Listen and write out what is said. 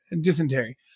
dysentery